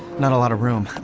not a lot of room.